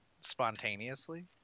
spontaneously